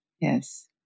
Yes